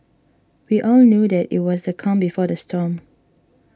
we all knew that it was the calm before the storm